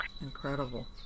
incredible